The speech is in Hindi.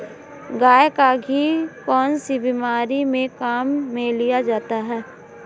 गाय का घी कौनसी बीमारी में काम में लिया जाता है?